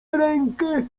rękę